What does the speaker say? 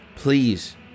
Please